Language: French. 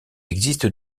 existe